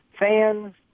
fans